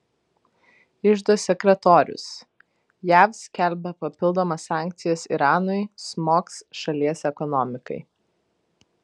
iždo sekretorius jav skelbia papildomas sankcijas iranui smogs šalies ekonomikai